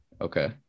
Okay